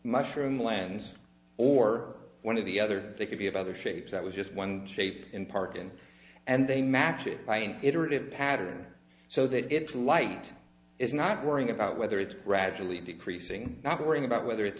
mushroom lands or one of the other they could be of other shapes that was just one shape in park and and they match it by an iterative pattern so that it's light is not worrying about whether it's gradually decreasing not worrying about whether it's